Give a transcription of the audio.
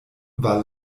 war